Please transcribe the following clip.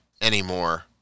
anymore